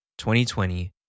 2020